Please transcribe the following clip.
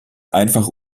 einfach